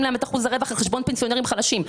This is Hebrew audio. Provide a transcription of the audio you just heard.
להם את אחוז הרווח על חשבון פנסיונרים חלשים?